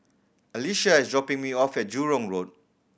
Alycia is dropping me off at Jurong Road